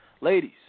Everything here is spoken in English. Ladies